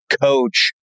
coach